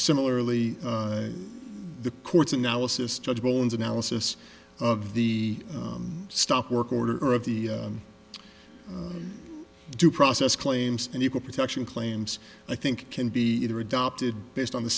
similarly the court's analysis judge bones analysis of the stop work order of the due process claims and equal protection claims i think can be either adopted based on the